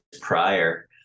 prior